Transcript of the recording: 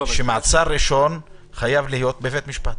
שמעצר ראשון חייב להיות בבית משפט.